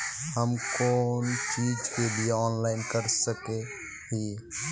हम कोन चीज के लिए ऑनलाइन कर सके हिये?